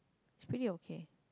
it's pretty okay